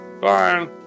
Fine